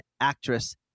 actress